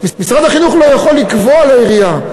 משרד החינוך לא יכול לקבוע לעירייה.